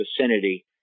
vicinity